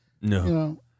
No